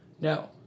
no